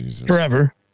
forever